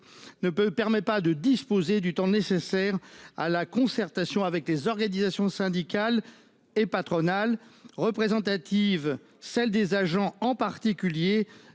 ne permet pas de disposer du temps nécessaire à la concertation avec les organisations syndicales et patronales représentatives. Je voterai